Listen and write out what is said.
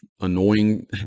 annoying